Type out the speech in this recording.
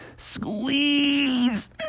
squeeze